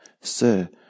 Sir